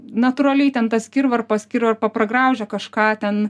natūraliai ten tas kirvarpas kirvarpa pragraužia kažką ten